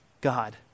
God